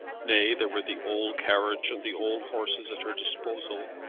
nay there were the old carriage and the old horses at her disposal,